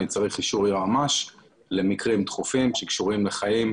אני צריך אישור היועץ המשפטי למקרים דחופים שקשורים לחיים.